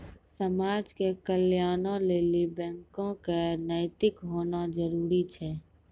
समाज के कल्याणों लेली बैको क नैतिक होना जरुरी छै